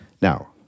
now